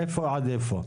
מאיפה עד איפה?